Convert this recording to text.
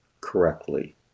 correctly